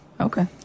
Okay